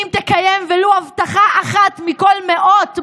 אם תקיים ולו הבטחה אחת מכל מאות,